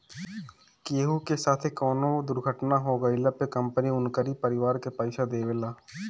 केहू के साथे कवनो दुर्घटना हो गइला पे कंपनी उनकरी परिवार के पईसा देवेला